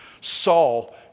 Saul